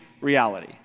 reality